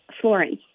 Florence